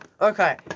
Okay